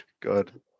Good